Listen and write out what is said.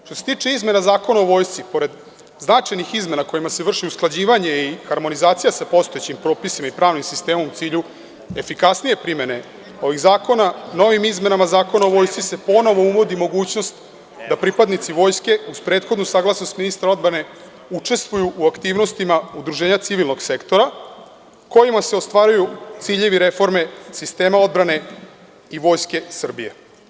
Što se tiče izmena Zakona o vojsci, pored značajnih izmena kojima se vrši usklađivanje i harmonizacija sa postojećim propisima i pravnim sistemom u cilju efikasnije primene ovih zakona, novim izmenama Zakona o vojsci se ponovo uvodi mogućnost da pripadnici vojske uz prethodnu saglasnost ministra odbrane učestvuju u aktivnostima udruženja civilnog sektora, kojima se ostvaruju ciljevi reforme sistema odbrane i Vojske Srbije.